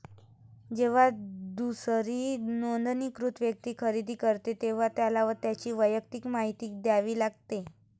जेव्हा दुसरी नोंदणीकृत व्यक्ती खरेदी करते, तेव्हा त्याला त्याची वैयक्तिक माहिती द्यावी लागते